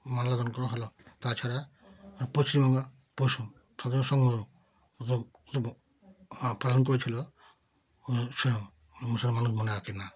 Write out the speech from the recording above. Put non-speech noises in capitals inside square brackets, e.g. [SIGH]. আন্দোলন করা হলো তাছাড়া পশ্চিমবঙ্গ [UNINTELLIGIBLE] পালন করেছিল মুসল মুসলমান মনে রাখে না